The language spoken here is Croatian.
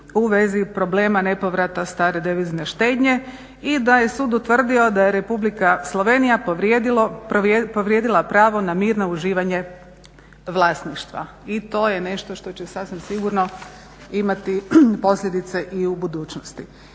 u vezi problema nepovrata star devizne štednje i da je sud utvrdio da je Republika Slovenija povrijedila pravo na mirno uživanje vlasništva i to je nešto što će sasvim sigurno imati posljedice i u budućnosti.